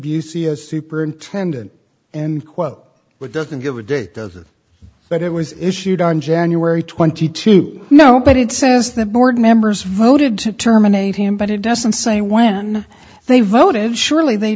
as superintendent and quote which doesn't give a date does it but it was issued on january twenty two no but it says the board members voted to terminate him but it doesn't say when they voted surely they